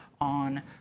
on